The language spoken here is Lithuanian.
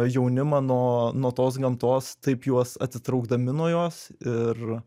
jaunimą nuo nuo tos gamtos taip juos atsitraukdami nuo jos ir